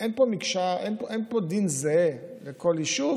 אין פה דין זהה לכל יישוב,